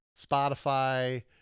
Spotify